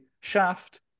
Shaft